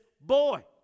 boy